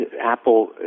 apple